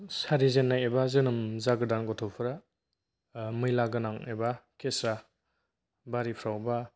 सारिजेननाय एबा जोनोम जागोदान गथ'फोरा मैला गोनां एबा खेस्रा बारिफोराव बा